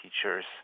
teachers